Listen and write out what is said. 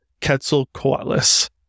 Quetzalcoatlus